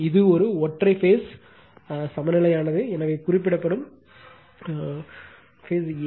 இது ஒரு ஒற்றை பேஸ் சமநிலையானது எனவே குறிப்பிடப்படும் ஒரே பேஸ்ம் a